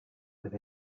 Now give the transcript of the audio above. with